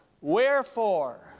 wherefore